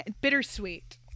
Bittersweet